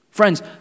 Friends